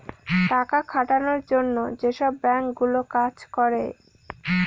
টাকা খাটানোর জন্য যেসব বাঙ্ক গুলো কাজ করে